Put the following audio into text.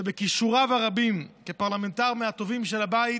שבכישוריו הרבים, כפרלמנטר מהטובים של הבית,